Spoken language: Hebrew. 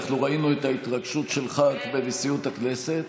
אנחנו ראינו את ההתרגשות שלך בנשיאות הכנסת,